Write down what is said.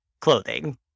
clothing